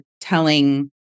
telling